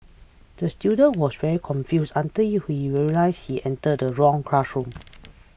the student was very confused until you he realised he entered the wrong classroom